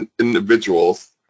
individuals